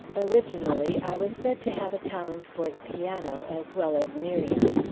originally, i was said to have a talent for the piano, as well as miriam.